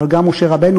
אבל גם משה רבנו,